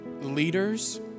leaders